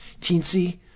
Teensy